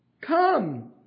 Come